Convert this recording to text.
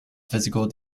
physical